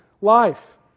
life